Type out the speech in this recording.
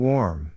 Warm